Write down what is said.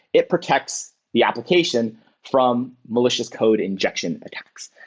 it protects the application from malicious code injection attacks.